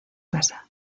casa